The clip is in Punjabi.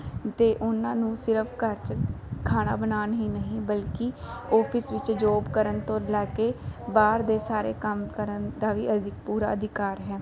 ਅਤੇ ਉਹਨਾਂ ਨੂੰ ਸਿਰਫ ਘਰ 'ਚ ਖਾਣਾ ਬਣਾਉਣ ਹੀ ਨਹੀਂ ਬਲਕਿ ਆਫਿਸ ਵਿੱਚ ਜੋਬ ਕਰਨ ਤੋਂ ਲੈ ਕੇ ਬਾਹਰ ਦੇ ਸਾਰੇ ਕੰਮ ਕਰਨ ਦਾ ਵੀ ਅਧਿ ਪੂਰਾ ਅਧਿਕਾਰ ਹੈ